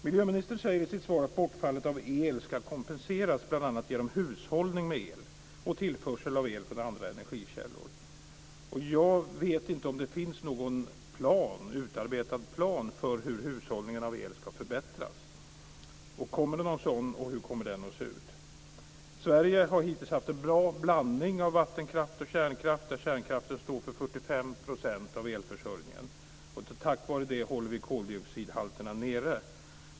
Miljöministern säger i sitt svar att bortfallet av el ska kompenseras genom bl.a. hushållning med el och tillförsel av el från andra energikällor. Jag vet inte om det finns någon utarbetad plan för hur hushållningen av el ska förbättras. Kommer det någon sådan och hur kommer den i så fall att se ut? Sverige har hittills haft en bra blandning av vattenkraft och kärnkraft där kärnkraften står för 45 % av elförsörjningen. Tack vare det håller vi koldioxidhalterna nere.